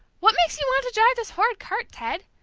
what makes you want to drive this horrid cart, ted?